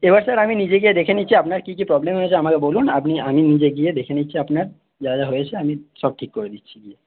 এবার স্যার আমি নিজে গিয়ে দেখে নিচ্ছি আপনার কী কী প্রবলেম হয়েছে আমাকে বলুন আপনি আমি নিজে গিয়ে দেখে নিচ্ছি আপনার যা যা হয়েছে আমি সব ঠিক করে দিচ্ছি গিয়ে